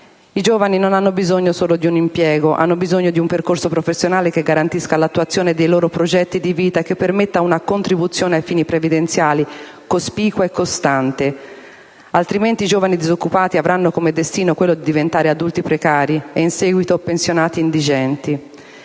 I giovani non hanno bisogno solo di un impiego, hanno bisogno di un percorso professionale che garantisca l'attuazione dei loro progetti di vita e che permetta una contribuzione ai fini previdenziali cospicua e costante. Altrimenti i giovani disoccupati avranno come destino quello di diventare adulti precari e, in seguito, pensionati indigenti.